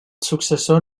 successor